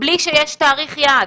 בלי שיש תאריך יעד.